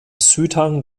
südhang